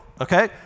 okay